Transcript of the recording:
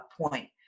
point